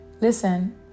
Listen